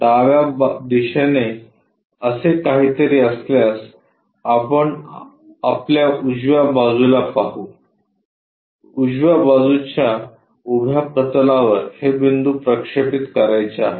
डाव्या दिशेने असे काहीतरी असल्यास आपण आपल्या उजव्या बाजूला पाहू उजव्या बाजूच्या उभ्या प्रतलावर हे बिंदू प्रक्षेपित करायचे आहेत